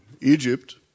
Egypt